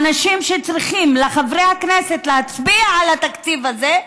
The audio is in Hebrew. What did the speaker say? לאנשים שצריכים להצביע על התקציב הזה,